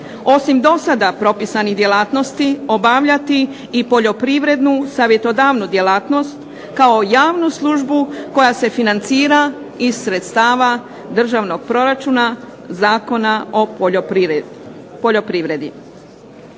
osim do sada propisanih djelatnosti obavljati i poljoprivrednu savjetodavnu djelatnost kao javnu službu koja se financira iz sredstava državnog proračuna Zakona o poljoprivredi.